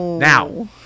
Now